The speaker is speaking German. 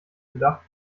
gedacht